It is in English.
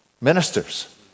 ministers